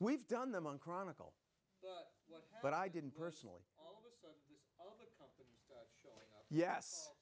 we've done them on chronicle but i didn't personally yes